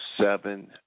seven